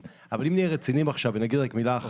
אבל אם נהיה רציניים עכשיו אני אגיד רק מילה אחת,